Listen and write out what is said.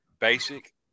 basic